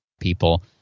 people